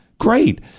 Great